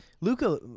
Luca